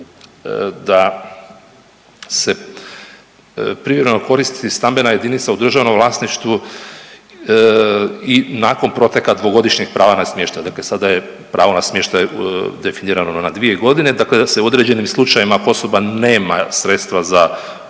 da se privremeno koristi stambena jedinica u državnom vlasništvu i nakon proteka 2-godišnjeg prava na smještaj, dakle sada je pravo na smještaj definirano na 2.g., dakle da se u određenim slučajevima ako osoba nema sredstva za